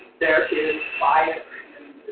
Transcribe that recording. there is bias in